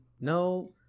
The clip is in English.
No